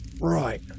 Right